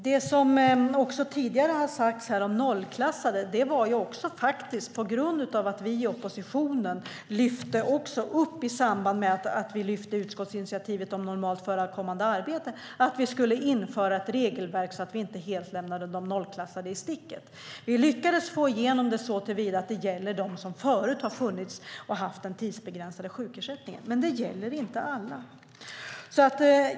Det har tidigare talats här om nollklassade, och det kom till på grund av att vi i oppositionen i samband med att vi lyfte utskottsinitiativet om normalt förekommande arbete också lyfte upp att vi skulle införa ett regelverk så att vi inte helt lämnade de nollklassade i sticket. Vi lyckades få igenom det såtillvida att det gäller dem som förut har haft den tidsbegränsade sjukersättningen, men det gäller inte alla.